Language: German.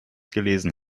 gelesen